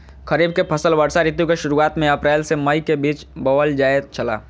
खरीफ के फसल वर्षा ऋतु के शुरुआत में अप्रैल से मई के बीच बौअल जायत छला